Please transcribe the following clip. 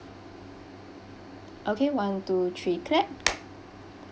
okay one two three clap